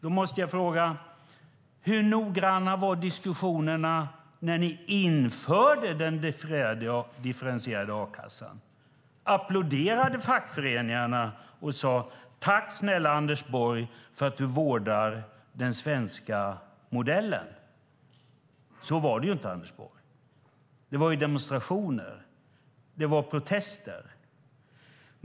Då måste jag fråga: Hur noggranna var diskussionerna när ni införde den differentierade a-kassan? Applåderade fackföreningarna och sade "tack, snälla Anders Borg, för att du vårdar den svenska modellen"? Så var det ju inte, Anders Borg. Det var ju demonstrationer. Det var protester.